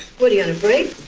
what are you, on a break?